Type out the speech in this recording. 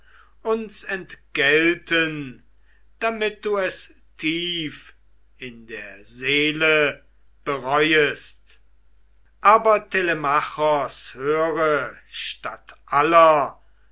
uns entgelten damit du es tief in der seele bereuest aber telemachos höre statt aller